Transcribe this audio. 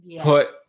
put